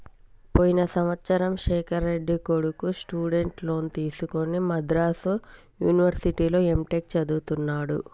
పోయిన సంవత్సరము శేఖర్ రెడ్డి కొడుకు స్టూడెంట్ లోన్ తీసుకుని మద్రాసు యూనివర్సిటీలో ఎంటెక్ చదువుతున్నడు